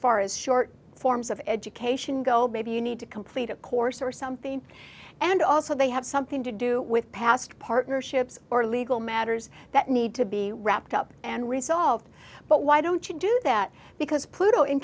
far as short forms of education go maybe you need to complete a course or something and also they have something to do with past partnerships or legal matters that need to be wrapped up and resolved but why don't you do that because p